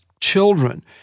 children